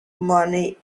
money